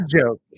joke